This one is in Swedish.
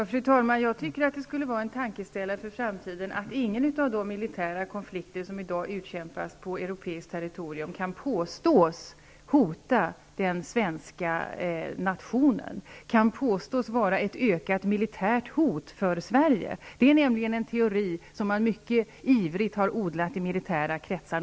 Fru talman! Det skulle vara en tankeställare för framtiden, att inga av de militära konflikter som i dag utkämpas på europeiskt territorium kan påstås hota den svenska nationen eller utgöra ett ökat militärt hot för Sverige. Det är en teori som mycket ivrigt har odlats i militära kretsar.